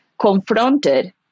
confronted